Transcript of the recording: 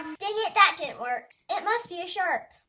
dang it, that didn't work! it must be a sharp?